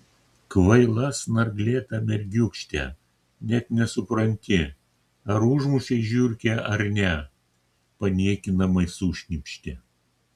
kvaila snarglėta mergiūkšte net nesupranti ar užmušei žiurkę ar ne paniekinamai sušnypštė